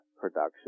production